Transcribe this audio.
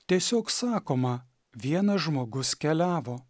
tiesiog sakoma vienas žmogus keliavo